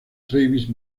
travis